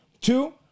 Two